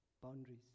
boundaries